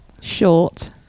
Short